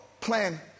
plan